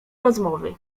rozmowy